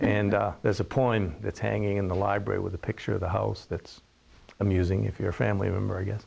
and there's a point that's hanging in the library with a picture of the house that's amusing if your family member